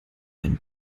einen